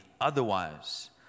Otherwise